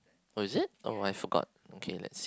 oh is it oh I forgot okay let's